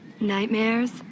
Nightmares